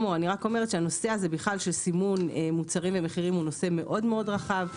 אני רק אומרת שהנושא של סימון מוצרים במחירים הוא מאוד רחב.